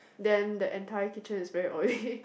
then the entire kitchen is very oily